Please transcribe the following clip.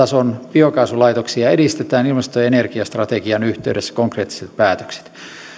biokaasulaitoksia edistetään ilmasto ja energiastrategian yhteydessä konkreettisilla päätöksillä